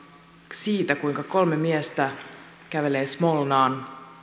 siitä kuinka kolme miestä kävelee smolnaan